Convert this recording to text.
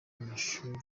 mumashuri